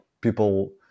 people